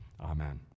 Amen